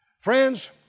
Friends